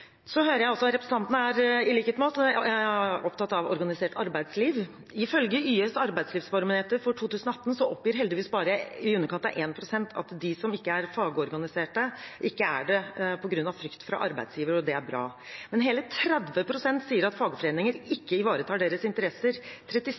Så hører jeg også at representanten i likhet med oss er opptatt av organisert arbeidsliv. Ifølge YS Arbeidslivsbarometer for 2018 oppgir heldigvis bare i underkant av 1 pst. at de som ikke er fagorganiserte, ikke er det på grunn av frykt for arbeidsgiver. Det er bra. Men hele 30 pst. sier at fagforeninger